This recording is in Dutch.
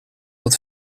wat